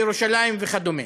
בירושלים וכדומה,